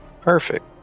Perfect